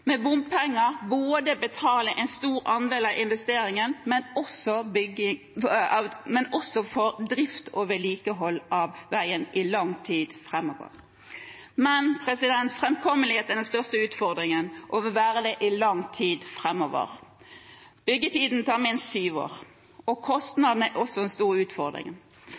med bompenger både en stor andel av investeringen og også drift og vedlikehold av veien i lang tid framover. Framkommeligheten er den største utfordringen og vil være det i lang tid framover. Byggetiden er minst syv år, og kostnadene er også en stor